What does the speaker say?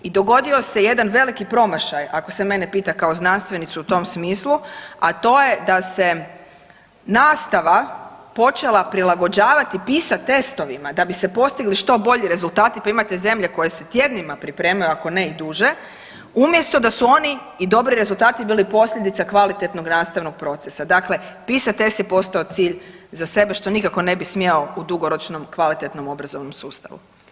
I dogodio se jedan veliki promašaj ako se mene pita kao znanstvenicu u tom smislu, a to je da se nastava počela prilagođavati, pisati testovima da bi se postigli što bolji rezultati pa imate zemlje koje se tjednima pripremaju, ako ne i duže, umjesto da su oni i dobri rezultati bili posljedica kvalitetnog nastavnog procesa, dakle PISA test je postao cilj za sebe, što nikako ne bi smjeo u dugoročnom kvalitetnom obrazovnom sustavu.